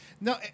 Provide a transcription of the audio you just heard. No